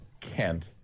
Kent